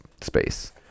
space